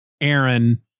Aaron